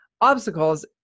Obstacles